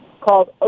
called